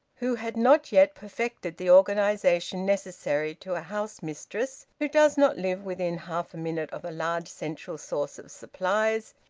who had not yet perfected the organisation necessary to a house-mistress who does not live within half a minute of a large central source of supplies.